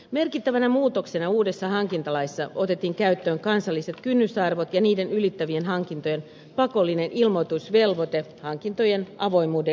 merkittävänä muutoksena uudessa hankintalaissa otettiin käyttöön kansalliset kynnysarvot ja niiden ylittävien hankintojen pakollinen ilmoitusvelvoite hankintojen avoimuuden lisäämiseksi